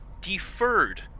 deferred